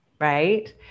right